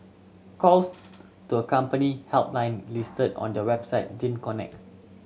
calls to a company helpline listed on their website didn't connect